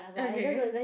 okay